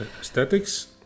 Aesthetics